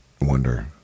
wonder